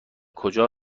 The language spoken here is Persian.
کجا